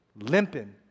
Limping